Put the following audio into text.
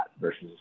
versus